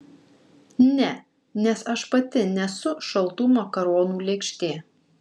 ne nes aš pati nesu šaltų makaronų lėkštė